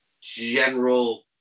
general